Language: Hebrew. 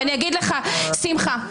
שמחה,